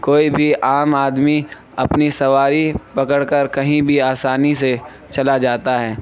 کوئی بھی عام آدمی اپنی سواری پکڑ کر کہیں بھی آسانی سے چلا جاتا ہے